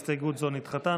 גם הסתייגות זו נדחתה.